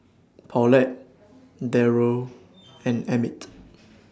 Paulette Darrel and Emmitt